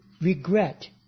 regret